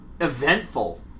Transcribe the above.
eventful